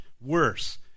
worse